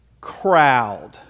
Crowd